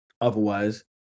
otherwise